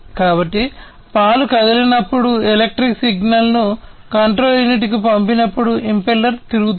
కాబట్టి పాలు కదిలినప్పుడు ఎలక్ట్రికల్ సిగ్నల్ను కంట్రోల్ యూనిట్కు పంపినప్పుడు ఇంపెల్లర్ తిరుగుతుంది